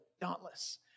dauntless